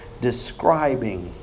describing